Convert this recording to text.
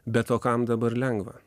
bet o kam dabar lengva